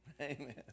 Amen